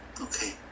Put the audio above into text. Okay